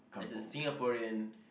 as a Singaporean